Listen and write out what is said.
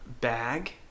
bag